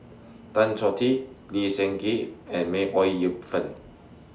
Tan Choh Tee Lee Seng Gee and May Ooi Yu Fen